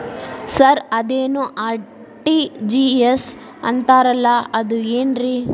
Sir ಅದೇನು RTGS ಅಂತಾರಲಾ ಅದು ಏನ್ರಿ?